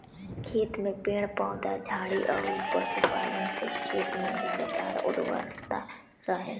खेत में पेड़ पौधा, झाड़ी अउरी पशुपालन से खेत में लगातार उर्वरता रहेला